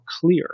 clear